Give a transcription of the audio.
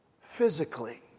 physically